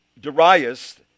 Darius